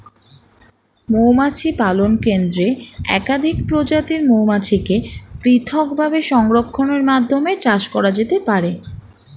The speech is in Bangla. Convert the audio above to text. মৌমাছি পালন কেন্দ্রে একাধিক প্রজাতির মৌমাছিকে পৃথকভাবে সংরক্ষণের মাধ্যমে চাষ করা যেতে পারে